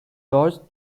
dodged